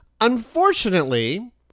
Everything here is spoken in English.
Unfortunately